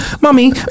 mummy